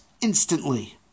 instantly